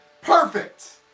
Perfect